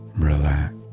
Relax